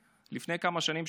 לפני כמה שנים,